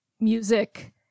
music